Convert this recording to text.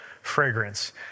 fragrance